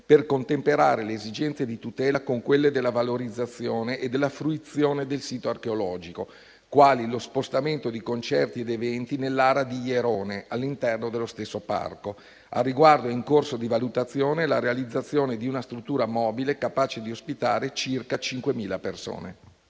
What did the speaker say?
per contemperare le esigenze di tutela con quelle della valorizzazione e della fruizione del sito archeologico, quali lo spostamento di concerti ed eventi nell'ara di Ierone, all'interno dello stesso parco. Al riguardo è in corso di valutazione la realizzazione di una struttura mobile capace di ospitare circa 5.000 persone.